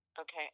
Okay